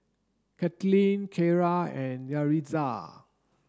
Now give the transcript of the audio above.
Kathaleen Keira and Yaritza